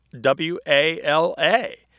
W-A-L-A